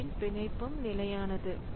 அவற்றின் பிணைப்பு நிலையானது